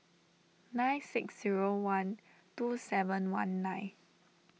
nine six zero one two seven one nine